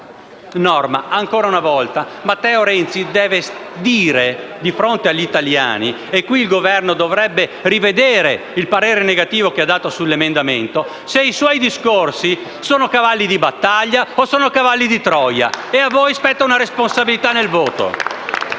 norma, ancora una volta Matteo Renzi deve dire di fronte agli italiani - e in questo caso il Governo dovrebbe rivedere il parere negativo che ha espresso sull'emendamento - se i suoi discorsi sono cavalli di battaglia o sono cavalli di Troia *(Applausi dal Gruppo M5S)*. E a voi spetta una responsabilità nel voto.